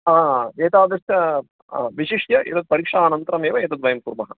एतादृशः विशिष्य एतत् परीक्षानन्तरमेव एतद् वयं कुर्मः